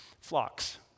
flocks